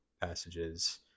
passages